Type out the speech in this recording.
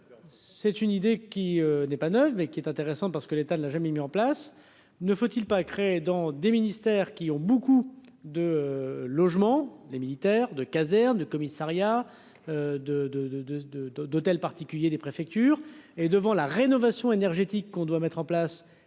c'est une idée qui n'est pas neuve, mais qui est intéressant, parce que l'État ne l'a jamais mis en place, ne faut-il pas créer dans des ministères qui ont beaucoup de logements, les militaires de caserne commissariat de, de, de, de, de, de, d'hôtels particuliers des préfectures. Et devant la rénovation énergétique qu'on doit mettre en place,